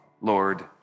Lord